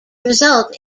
result